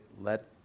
let